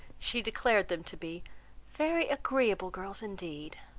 she declared them to be very agreeable girls indeed,